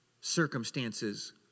circumstances